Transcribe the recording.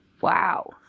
wow